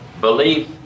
belief